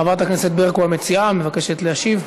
חברת הכנסת ברקו, המציעה, מבקשת להשיב.